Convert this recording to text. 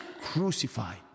crucified